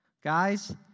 guys